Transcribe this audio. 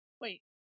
Wait